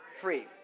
Free